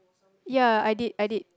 ya I did I did